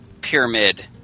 pyramid